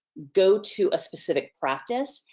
go to a specific practice,